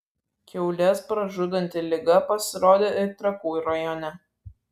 kiaules pražudanti liga pasirodė ir trakų rajone